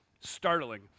startling